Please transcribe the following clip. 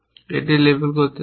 এটি বিয়োগ হতে পারে